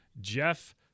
Jeff